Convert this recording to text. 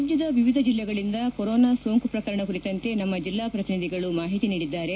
ರಾಜ್ಯದ ವಿವಿಧ ಜಿಲ್ಲೆಗಳಿಂದ ಕೊರೋನಾ ಸೋಂಕು ಪ್ರಕರಣ ಕುರಿತಂತೆ ನಮ್ಮ ಜಿಲ್ಲಾ ಪ್ರತಿನಿಧಿಗಳು ಮಾಹಿತಿ ನೀಡಿದ್ದಾರೆ